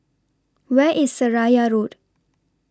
Where IS Seraya Road